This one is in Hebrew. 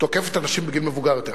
תוקפת אנשים בגיל מבוגר יותר.